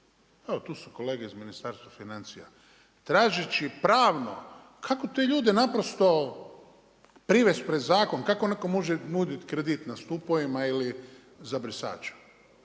evo tu su kolege iz Ministarstva financija. Tražeći pravno kako te ljude naprosto privest pred zakon, kako netko može nuditi kredit na stupovima ili za brisača.